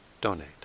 donate